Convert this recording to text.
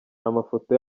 amafoto